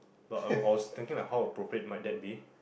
but I I was thinking how to appropriate might that be